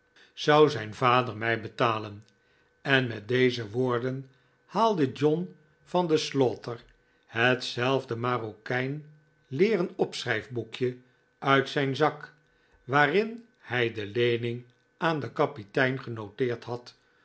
zou zijn vader mij betalen en met deze woorden haalde john van de slaughter hetzelfde marokijnlederen opschrijfboekje uit zijn zak waarin hij de leening aan den kapitein genoteerd had